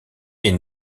est